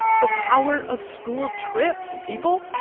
the power of school trips, people